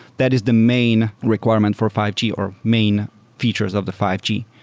that is the main requirement for five g or main features of the five g.